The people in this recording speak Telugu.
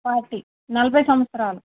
ఫార్టీ నలభై సంవత్సరాలు